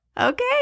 Okay